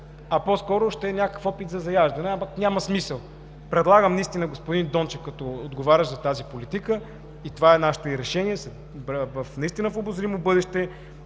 а по-скоро ще е някакъв опит за заяждане, а няма смисъл. Предлагам господин Дончев като отговарящ за тази политика – а това е и нашето решение – в обозримо бъдеще